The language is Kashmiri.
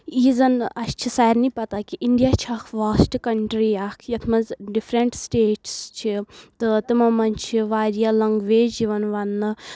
یہِ زن اسہِ چھِ سارنٕے پتہ کہِ انڈیا چھِ اکھ واسٹ کنٹری اکھ یتھ منٛز ڈفریٚنٹ سِٹیٹٕس چھِ تہٕ تِمو منٛز چھِ واریاہ لنگویج یِوان وننہٕ